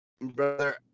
brother